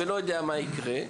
אני לא יודע מה יהיה אז,